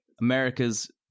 america's